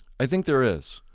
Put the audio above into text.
i think there is,